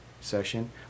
session